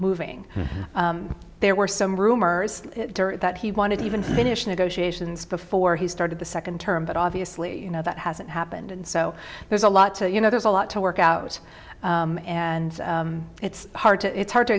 moving there were some rumors that he wanted to even finish negotiations before he started the second term but obviously you know that hasn't happened and so there's a lot to you know there's a lot to work out and it's hard to it's hard to